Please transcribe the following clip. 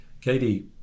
Katie